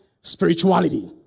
spirituality